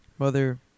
Mother